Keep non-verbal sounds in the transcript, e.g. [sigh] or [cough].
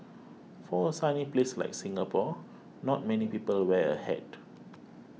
for a sunny place like Singapore not many people wear a hat [noise]